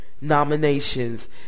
nominations